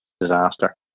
disaster